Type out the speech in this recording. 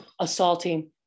assaulting